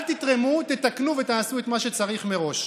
אל תתרמו, תתקנו ותעשו את מה שצריך מראש.